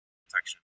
protection